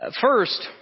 First